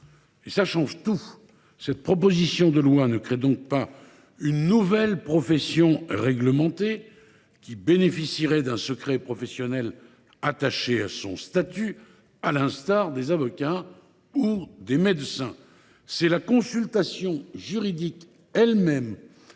et cela change tout ! Cette proposition de loi ne crée donc pas une nouvelle profession réglementée, qui bénéficierait d’un secret professionnel attaché à son statut, à l’instar des avocats ou des médecins. C’est la consultation juridique elle même,